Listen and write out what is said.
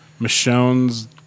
Michonne's